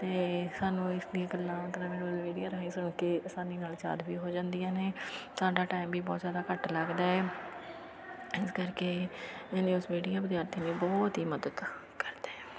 ਅਤੇ ਸਾਨੂੰ ਇਸ ਦੀ ਗੱਲਾਂ ਮਤਲਬ ਨਿਊਜ਼ ਮੀਡੀਆ ਰਾਹੀਂ ਸੁਣ ਕੇ ਆਸਾਨੀ ਨਾਲ ਯਾਦ ਵੀ ਹੋ ਜਾਂਦੀਆਂ ਨੇ ਸਾਡਾ ਟਾਈਮ ਵੀ ਬਹੁਤ ਜ਼ਿਆਦਾ ਘੱਟ ਲੱਗਦਾ ਹੈ ਇਸ ਕਰਕੇ ਇਹ ਨਿਊਜ਼ ਮੀਡੀਆ ਵਿਦਿਆਰਥੀਆਂ ਲਈ ਬਹੁਤ ਹੀ ਮਦਦ ਕਰਦੇ ਹੈ